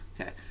Okay